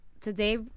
today